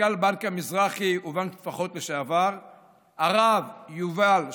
מנכ"ל בנק המזרחי ובנק טפחות לשעבר הרב יובל שַׁרְלוֹ,